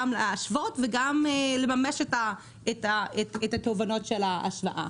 להשוות וגם לממש את התובנות של ההשוואה.